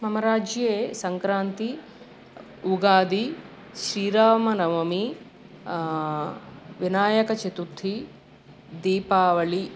मम राज्ये सङ्क्रान्तिः उगादिः श्रीरामनवमी विनायकचतुर्थी दीपावलिः